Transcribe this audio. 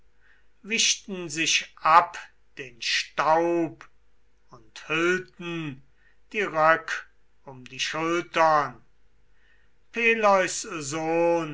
wischten sich ab den staub und hüllten die röck um die schultern peleus sohn